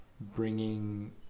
bringing